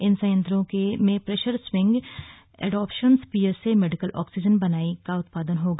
इन संयंत्रों में pressure swing adsorption PSA medical oxygen बनाई का उत्पादन होगा